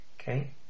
Okay